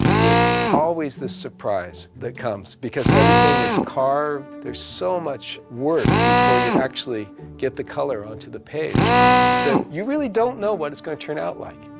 there's always this surprise that comes, because everything is carved. there's so much work before you actually get the color onto the page that you really don't know what it's going to turn out like.